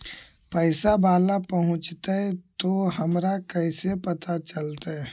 पैसा बाला पहूंचतै तौ हमरा कैसे पता चलतै?